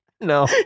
no